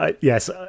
yes